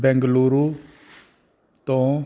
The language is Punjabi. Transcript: ਬੈਂਗਲੁਰੂ ਤੋਂ